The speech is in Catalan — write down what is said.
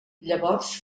llavors